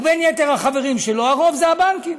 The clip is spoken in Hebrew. ובין החברים שלו, הרוב זה הבנקים.